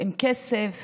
עם כסף